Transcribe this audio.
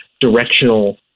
directional